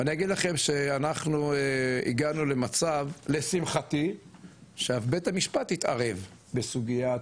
ואני אגיד לכם שאנחנו הגענו למצב לשמחתי שבית המשפט התערב בסוגייה,